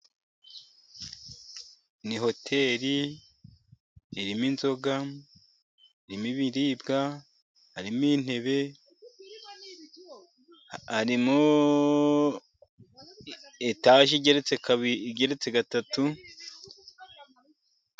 Ni hoteri irimo inzoga, irimo ibiribwa, harimo intebe, harimo etaje igeretse gatatu.